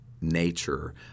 nature